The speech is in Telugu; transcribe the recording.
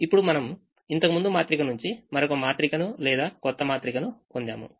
ఇప్పుడు మనం ఇంతకు ముందు మాత్రిక నుంచి మరొక మాత్రికను లేదా కొత్త మాత్రికను పొందాము